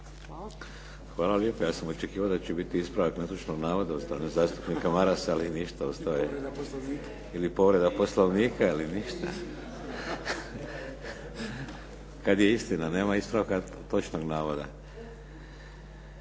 Hvala lijepo. Ja sam očekivao da će biti ispravak netočnog navoda od strane zastupnika Marasa, ali ništa ostao je. Ili povreda Poslovnika. Ali ništa. Kad je istina, nema ispravka točnog navoda.